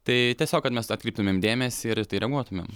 tai tiesiog kad mes atkreiptumėm dėmesį ir į tai reaguotumėm